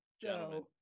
gentlemen